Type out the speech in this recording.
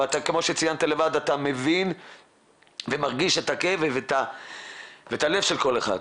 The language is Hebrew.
וכמו שציינת לבד אתה מבין ומרגיש את הכאב ואת הלב של כל אחד.